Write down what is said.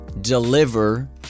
deliver